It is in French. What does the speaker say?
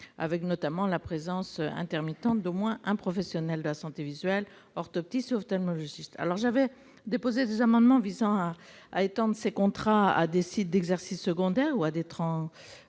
avec notamment la présence intermittente d'au moins un professionnel de la santé visuelle, orthoptiste ou ophtalmologiste. J'avais déposé des amendements visant à étendre ces contrats à des sites d'exercice secondaire et aux